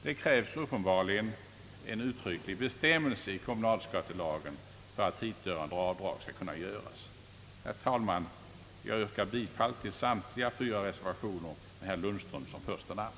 Det kräves uppenbarligen en uttrycklig bestämmelse i kommunalskattelagen för att hithörande avdrag skall kunna göras. Herr talman! Jag yrkar bifall till samtliga fyra reservationer med herr Lundström som första namn.